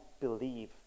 believe